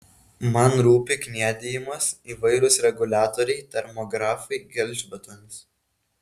man rūpi kniedijimas įvairūs reguliatoriai termografai gelžbetonis